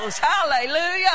Hallelujah